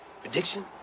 Prediction